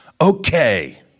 okay